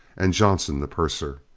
and johnson, the purser.